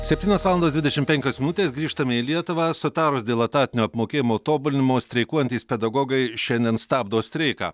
septynios valandos dvidešim penkios minutės grįžtame į lietuvą sutarus dėl etatinio apmokėjimo tobulinimo streikuojantys pedagogai šiandien stabdo streiką